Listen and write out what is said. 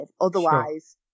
Otherwise